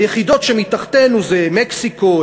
היחידות שמתחתינו הן מקסיקו,